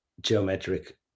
geometric